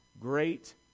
great